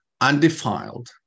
undefiled